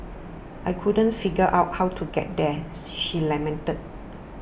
I couldn't figure out how to get there she lamented